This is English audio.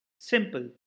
simple